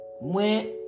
went